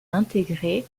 intégré